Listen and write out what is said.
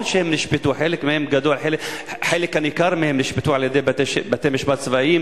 רציתי לשאול: במה באה לידי ביטוי אותה החמרה,